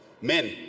men